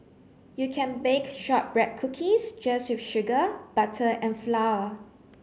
you can bake shortbread cookies just with sugar butter and flour